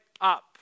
up